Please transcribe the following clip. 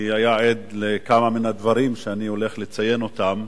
כי הוא היה עד לכמה מן הדברים שאני הולך לציין אותם.